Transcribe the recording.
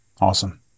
Awesome